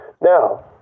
Now